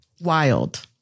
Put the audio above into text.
wild